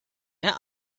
mehr